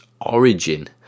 origin